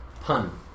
pun